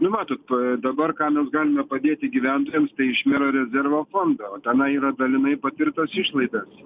nu matot dabar ką mes galime padėti gyventojams tai iš mero rezervo fondo o tenai yra dalinai patirtos išlaidas